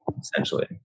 essentially